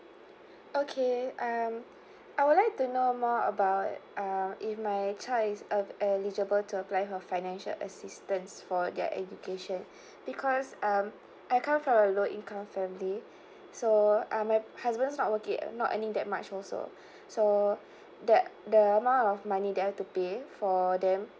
okay um I would like to know more about uh if my child is uh eligible to apply for financial assistance for their education because um I come from a low income family so uh my husband's not work it not earning that much also so that the amount of money that have to pay for them